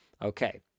Okay